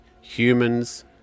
humans